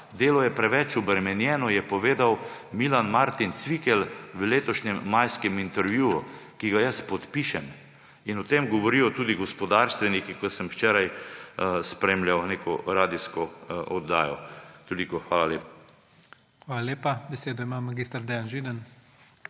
Delo je preveč obremenjeno, je povedal Milan Martin Cvikl v letošnjem majskem intervjuju, ki ga jaz podpišem. O tem govorijo tudi gospodarstveniki, ko sem včeraj spremljal neko radijsko oddajo. Hvala lepa. **PREDSEDNIK IGOR ZORČIČ:** Hvala lepa. Besedo ima mag. Dejan Židan.